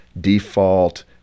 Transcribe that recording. default